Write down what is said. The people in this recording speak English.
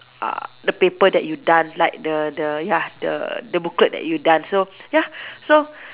uh the paper that you done like the the ya the the booklet that you done so ya so